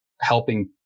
helping